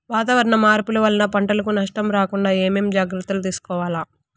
వాతావరణ మార్పులు వలన పంటలకు నష్టం రాకుండా ఏమేం జాగ్రత్తలు తీసుకోవల్ల?